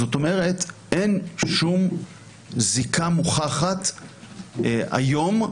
זאת אומרת, אין שום זיקה מוכחת היום,